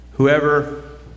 Whoever